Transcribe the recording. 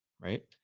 right